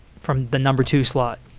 from the number two slot,